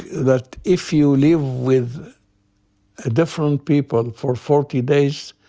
that if you live with a different people for forty days,